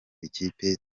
ikipe